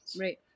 right